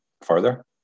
further